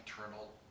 eternal